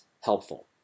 helpful